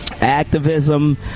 activism